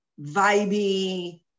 vibey